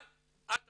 אבל אל תכריח.